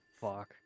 Fuck